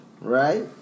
right